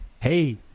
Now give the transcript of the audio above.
Hey